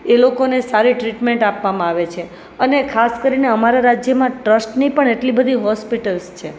એ લોકોને સારી ટ્રીટમેન્ટ આપવામાં આવે છે અને ખાસ કરીને અમારા રાજ્યમાં ટ્રસ્ટની પણ એટલી બધી હોસ્પિટલ્સ છે